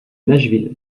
nashville